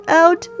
out